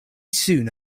soon